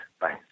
Bye